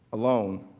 alone